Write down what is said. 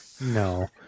No